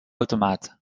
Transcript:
automaat